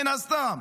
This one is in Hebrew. מן הסתם.